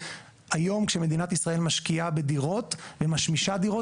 היום כשמדינת ישראל משקיעה בדירות ומשמישה דירות,